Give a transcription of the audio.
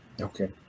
Okay